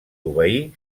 obeir